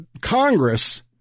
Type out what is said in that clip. Congress